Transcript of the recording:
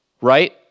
right